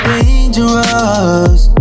Dangerous